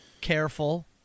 Careful